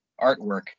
artwork